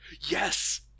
Yes